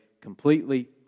completely